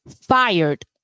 fired